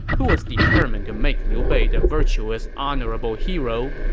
who was determined to make liu bei the virtuous, honorable hero,